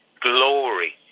Glory